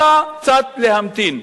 אלא קצת להמתין.